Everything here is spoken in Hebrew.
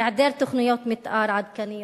היעדר תוכניות מיתאר עדכניות,